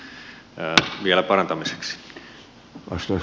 arvoisa puhemies